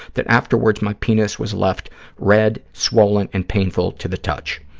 that afterwards my penis was left red, swollen and painful to the touch.